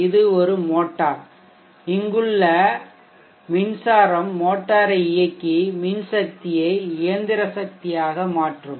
இது ஒரு மோட்டார் இங்குள்ள மின்சாரம் மோட்டாரை இயக்கி மின்சக்தியை இயந்திர சக்தியாக மாற்றும்